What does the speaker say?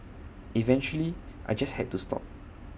eventually I just had to stop